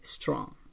strong